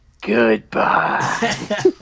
Goodbye